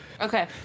Okay